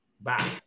Bye